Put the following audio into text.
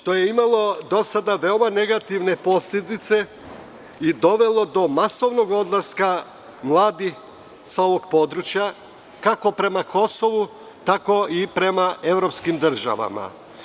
To je imalo do sada veoma negativne posledice i dovelo do masovnog odlaska mladih sa ovog područja, kako prema Kosovu, tako i prema evropskim državama.